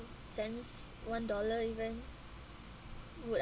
cents one dollar even would I